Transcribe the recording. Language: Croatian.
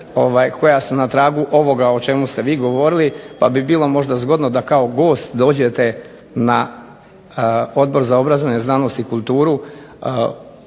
koja su na tragu ovoga o čemu ste vi govorili, pa bi bilo možda zgodno da kao gost dođete na Odbor za obrazovanje, znanost i kulturu